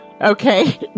Okay